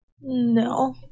No